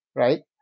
right